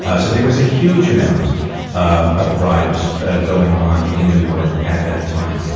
ah so there was a huge amount um of bribes going on in new york at that time.